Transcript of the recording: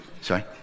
sorry